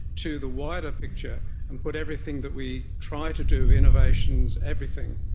to the wider picture and put everything that we try to do innovations, everything,